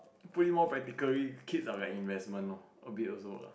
put it more practically kids are like investment loh a bit also lah